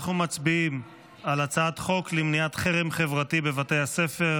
אנחנו מצביעים על הצעת חוק למניעת חרם חברתי בבתי ספר,